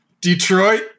Detroit